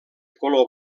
color